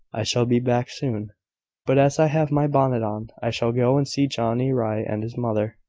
i shall be back soon but as i have my bonnet on, i shall go and see johnny rye and his mother.